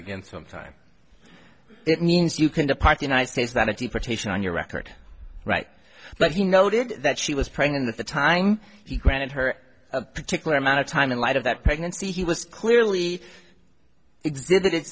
again sometime it means you can depart united states than a deportation on your record right but he noted that she was pregnant at the time he granted her a particular amount of time in light of that pregnancy he was clearly exhibited